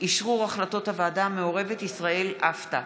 ואשרור החלטות הוועדה המעורבת ישראל, אפט"א,